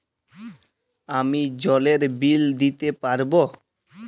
আমি জলের বিল দিতে পারবো?